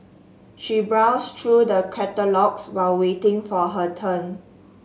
she browsed through the catalogues while waiting for her turn